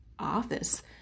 office